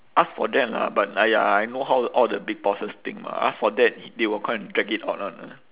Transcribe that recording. ask for that lah but !aiya! I know how all the big bosses think lah ask for that they will come and drag it out [one]